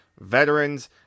veterans